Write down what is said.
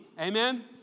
Amen